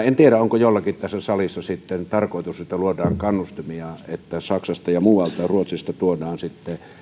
en tiedä onko jollakin tässä salissa sitten tarkoitus että luodaan kannustimia siihen että saksasta ja muualta ruotsista tuodaan sitten